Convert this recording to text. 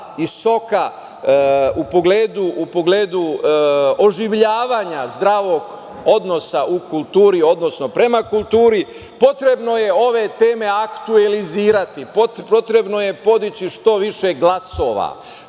i soka u pogledu oživljavanja zdravog odnosa u kulturi, odnosno, prema kulturi, potrebno je ove teme aktualizirati, potrebno je podići što više glasova,